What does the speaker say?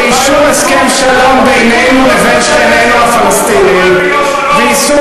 לאישור הסכם שלום בינינו לבין שכנינו הפלסטינים וליישום